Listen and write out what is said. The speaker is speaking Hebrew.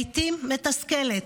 לעיתים מתסכלת,